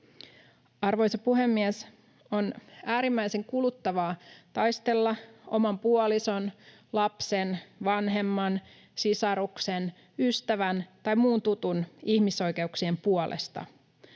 Arvoisa puhemies! On äärimmäisen kuluttavaa taistella oman puolison, lapsen, vanhemman, sisaruksen, ystävän tai muun tutun ihmisoikeuksien puolesta,